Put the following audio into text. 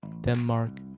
Denmark